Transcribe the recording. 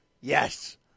Yes